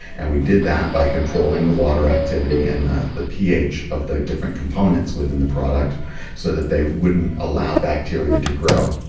and we did that by controlling the water activity and the the ph of the different components within the product so that they wouldn't allow bacteria to grow.